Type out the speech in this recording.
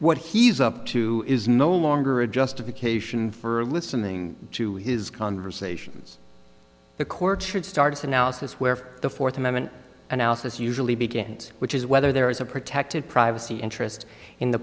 what he's up to is no longer a justification for listening to his conversations the courts should start its analysis where the fourth amendment analysis usually begins which is whether there is a protected privacy interest in the